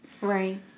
Right